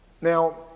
Now